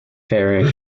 fairing